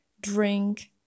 drink